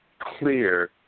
clear